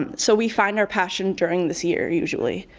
and so, we find our passion during this year, usually.